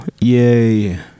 yay